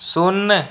शून्य